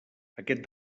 aquest